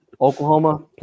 Oklahoma